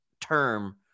term